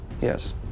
Yes